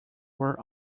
were